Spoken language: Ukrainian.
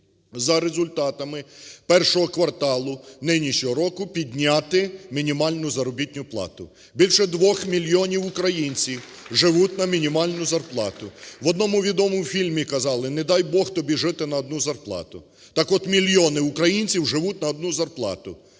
за результатами І кварталу нинішнього року підняти мінімальну заробітну плату. Більше двох мільйонів українців живуть на мінімальну зарплату. В одному відомому фільмі казали: "Не дай, Бог, тобі жити на одну зарплату". Так от мільйони українців живуть на одну зарплату,